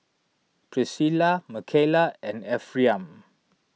Pricilla Mckayla and Ephriam